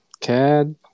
Cad